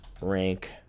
rank